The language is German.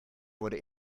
wurde